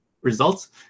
results